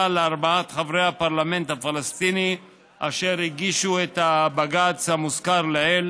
לארבעת חברי הפרלמנט הפלסטיני אשר הגישו את הבג"ץ המוזכר לעיל,